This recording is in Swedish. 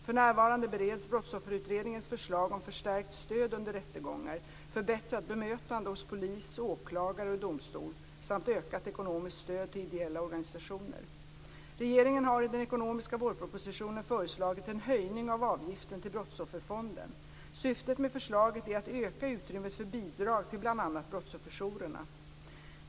För närvarande bereds Brottsofferutredningens förslag om förstärkt stöd under rättegångar, förbättrat bemötande hos polis, åklagare och i domstol samt ökat ekonomiskt stöd till ideella organisationer. Regeringen har i den ekonomiska vårpropositionen föreslagit en höjning av avgiften till Brottsofferfonden. Syftet med förslaget är att öka utrymmet för bidrag till bl.a. brottsofferjourerna.